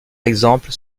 exemple